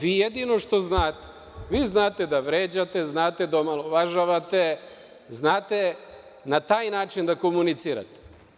Vi jedino što znate da vređate, znate da omalovažavate, znate na taj način da komunicirate.